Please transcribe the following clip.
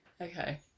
Okay